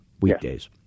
weekdays